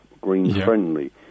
green-friendly